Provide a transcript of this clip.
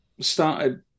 started